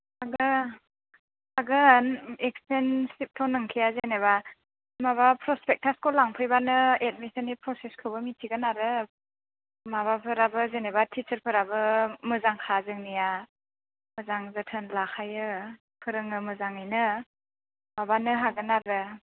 माबा थागोन एक्सपेन्सिभ थ' नंखाया जेन'बा माबा प्रसपेक्टासखौ लांफैब्लानो एडमिसननि प्रसेसखौबो मिथिगोन आरो माबाफोराबो जेनेबा टिचारफोराबो मोजांखा जोंनिया मोजां जोथोन लाखायो फोरोङो मोजाङैनो माबानो हागोन आरो